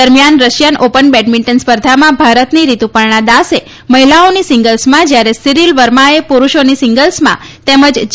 દરમિયાન Russian Open badminton સ્પર્ધામાં ભારતની રિતુપર્ણા દાસે મહિલાઓની સિંગલ્સમાં જ્યારે સીરીલ વર્માએ પુરૂષોની સિંગલ્સમાં તેમજ જે